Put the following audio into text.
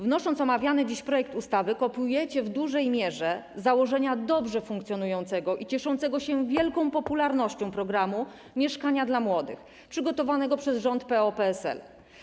Wnosząc omawiany dziś projekt ustawy, kopiujecie w dużej mierze założenia dobrze funkcjonującego i cieszącego się wielką popularnością programu „Mieszkania dla młodych”, przygotowanego przez rząd PO-PSL.